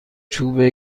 چوب